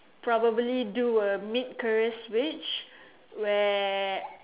probably do a mid career Switch where